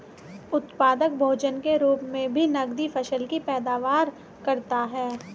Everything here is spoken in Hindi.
उत्पादक भोजन के रूप मे भी नकदी फसल की पैदावार करता है